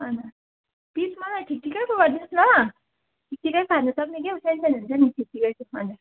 हजुर पिस मलाई ठिकठिकैको गरिदिनुहोस् न ल ठिकठिकैको खानु सक्ने क्या हौ सानो सानो हुन्छ नि ठिकठिकैको हजुर